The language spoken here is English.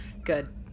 Good